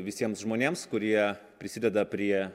visiems žmonėms kurie prisideda prie